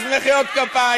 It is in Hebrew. אז מחיאות כפיים.